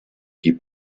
qui